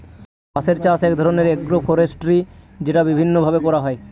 বাঁশের চাষ এক ধরনের এগ্রো ফরেষ্ট্রী যেটা বিভিন্ন ভাবে করা হয়